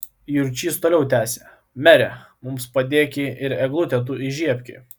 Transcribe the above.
jurčys toliau tęsė mere mums padėki ir eglutę tu įžiebki